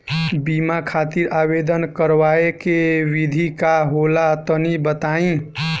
बीमा खातिर आवेदन करावे के विधि का होला तनि बताईं?